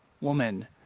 woman